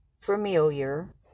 familiar